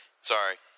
Sorry